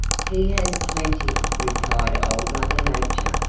he has plenty, replied old mother nature,